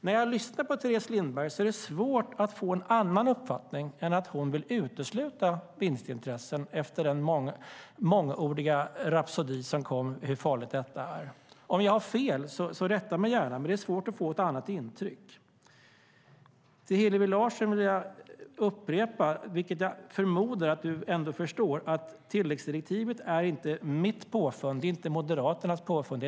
När jag lyssnar på Teres Lindberg, och den mångordiga rapsodin om hur farligt detta är, är det svårt att få en annan uppfattning än att hon vill utesluta vinstintressen. Rätta mig gärna om jag har fel, men det är svårt att få ett annat intryck. Till Hillevi Larsson vill jag upprepa, vilket jag förmodar att du ändå förstår, att tilläggsdirektivet inte är mitt eller Moderaternas påfund.